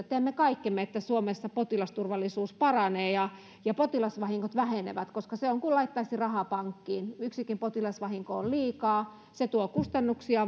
teemme kaikkemme että suomessa potilasturvallisuus paranee ja ja potilasvahingot vähenevät koska se on kuin laittaisi rahaa pankkiin yksikin potilasvahinko on liikaa se tuo kustannuksia